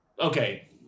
okay